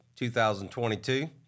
2022